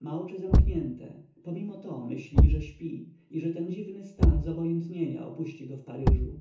ma oczy zamknięte pomimo to myśli że śpi i że ten dziwny stan zobojętnienia opuści go w paryżu